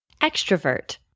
extrovert